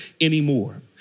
anymore